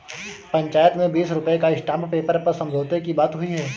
पंचायत में बीस रुपए का स्टांप पेपर पर समझौते की बात हुई है